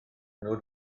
nod